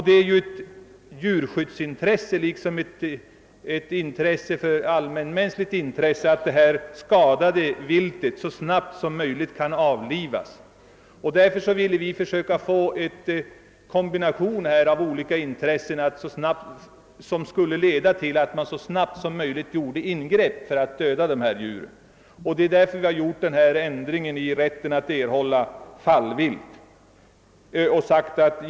Det är ett djurskyddsintresse lika väl som ett allmänmänskligt intresse att det skadade viltet så snabbt som möjligt avlivas. Detta ville vi försöka uppnå genom att koppla in jägarintressen och det är en av anledningarna till den föreslagna ändringen i rätten att erhålla fallvilt.